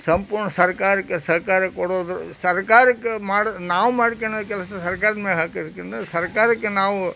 ಸಂಪೂರ್ಣ ಸರ್ಕಾರಕ್ಕೆ ಸಹಕಾರ ಕೊಡೋದರ ಸರ್ಕಾರಕ್ಕೆ ಮಾಡಿ ನಾವು ಮಾಡ್ಕ್ಯಳೋ ಕೆಲಸ ಸರ್ಕಾರದ ಮೇಲೆ ಹಾಕೋದಕ್ಕಿಂತ ಸರ್ಕಾರಕ್ಕೆ ನಾವು